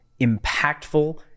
impactful